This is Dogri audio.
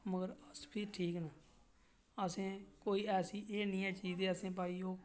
मगर अस भी ठीक न ते असें ऐसी कोई एह् निं ऐ की असें भाई ओह्